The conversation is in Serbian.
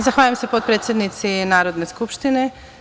Zahvaljujem se potpredsednici Narodne skupštine.